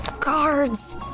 Guards